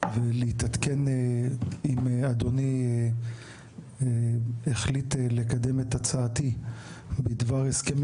ולהתעדכן עם אדוני החליט לקדם את הצעתי בדבר הסכמים